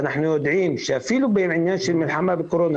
אנחנו יודעים שאפילו בעניין של המלחמה הקורונה,